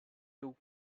too